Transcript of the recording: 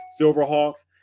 Silverhawks